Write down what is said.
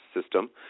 system